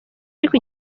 ariko